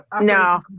No